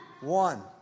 one